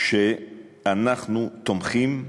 שאנחנו תומכים.